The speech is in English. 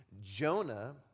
Jonah